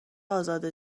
ازاده